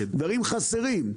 דברים שחסרים.